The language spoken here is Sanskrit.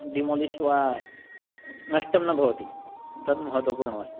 डिमोलिश् वा नष्टं न भवति तद् महत्त्वपूर्णमस्ति